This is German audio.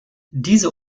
diese